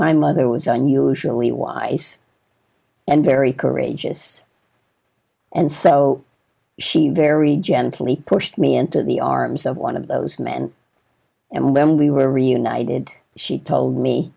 my mother was unusually wise and very courageous and so she very gently pushed me into the arms of one of those men and when we were reunited she told me